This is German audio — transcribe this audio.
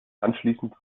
anschließend